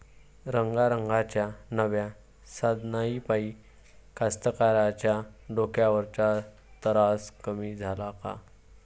रंगारंगाच्या नव्या साधनाइपाई कास्तकाराइच्या डोक्यावरचा तरास कमी झाला का?